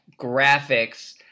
graphics